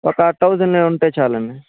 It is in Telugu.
ఒక థౌజండ్లో ఉంటే చాలండి